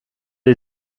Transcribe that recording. die